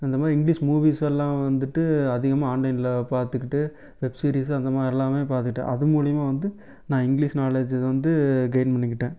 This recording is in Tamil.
அந்தமாதிரி இங்கிலிஷ் மூவிஸ் எல்லாம் வந்துட்டு அதிகமாக ஆன்லைனில் பார்த்துக்கிட்டு வெப் சீரிஸ்ஸு அந்தமாதிரியெல்லாமே பார்த்துக்கிட்ட அது மூலிமா நான் இங்கிலிஷ் நாலேஜை வந்து கெயின் பண்ணிக்கிட்டேன்